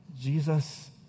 Jesus